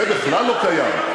זה בכלל לא קיים,